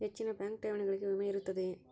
ಹೆಚ್ಚಿನ ಬ್ಯಾಂಕ್ ಠೇವಣಿಗಳಿಗೆ ವಿಮೆ ಇರುತ್ತದೆಯೆ?